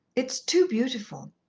it's too beautiful.